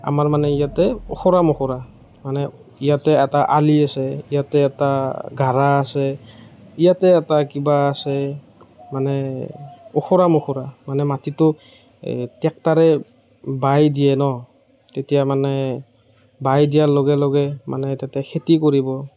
আমাৰ মানে ইয়াতে ওখোৰা মোখোৰা মানে ইয়াতে এটা আলি আছে ইয়াতে এটা গৰা আছে ইয়াতে এটা কিবা আছে মানে ওখোৰা মোখোৰা মানে মাটিটো ট্ৰেক্টৰে বাই দিয়ে ন' তেতিয়া মানে বাই দিয়াৰ লগে লগে মানে তাতে খেতি কৰিব